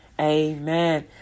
Amen